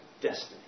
destiny